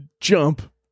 Jump